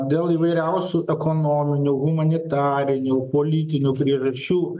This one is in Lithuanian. dėl įvairiausių ekonominių humanitarinių politinių priežasčių